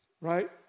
right